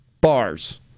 bars